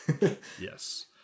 Yes